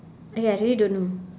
eh ya I really don't know